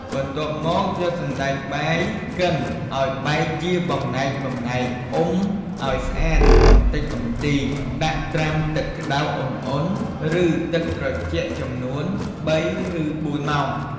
បន្ទាប់មកយកសណ្ដែកបាយកិនឱ្យបែកជាបំណែកៗ អុំឱ្យស្អាតកម្ទេចកំទី ដាក់ត្រាំទឹកក្ដៅឧណ្ហៗ ឬទឹកត្រជាក់ចំនួន ៣ ឬ៤ម៉ោង។